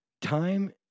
time